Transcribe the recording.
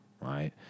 right